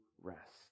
rest